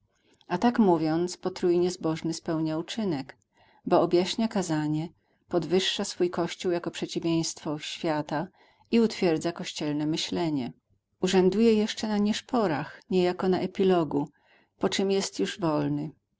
a tak mówiąc potrójnie zbożny spełnia uczynek bo objaśnia kazanie podwyższa swój kościół jako przeciwieństwo świata i utwierdza kościelne myślenie urzęduje jeszcze na nieszporach niejako na epilogu poczem jest już wolny